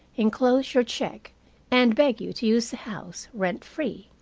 enclose your check and beg you to use the house rent free.